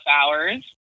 hours